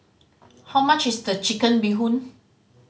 how much is the Chicken Bee Hoon